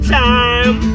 time